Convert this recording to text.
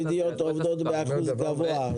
הנשים החרדיות עובדות באחוז גבוה.